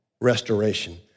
restoration